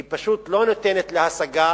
לא ניתנות להשגה